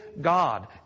God